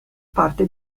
parte